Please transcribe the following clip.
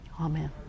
amen